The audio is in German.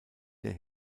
der